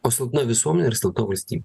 o silpna visuomenė yra silpna valstybė